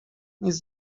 nic